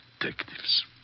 detectives